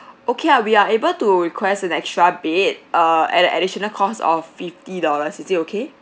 okay ah we are able to request an extra bed err at a additional cost of fifty dollars is it okay